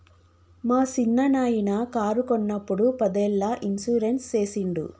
మా సిన్ననాయిన కారు కొన్నప్పుడు పదేళ్ళ ఇన్సూరెన్స్ సేసిండు